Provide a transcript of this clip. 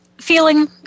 feeling